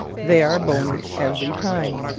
they are bony every time!